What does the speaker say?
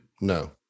No